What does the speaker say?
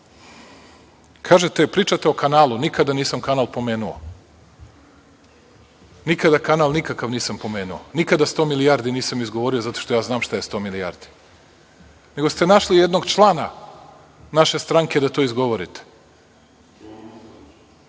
nivou. Pričate o kanalu. Nikada nisam kanal pomenuo. Nikada kanal nikakav nisam pomenuo. Nikada sto milijardi nisam izgovorio zato što ja znam šta je sto milijardi, nego ste našli jednog člana naše stranke da to izgovorite. Pričate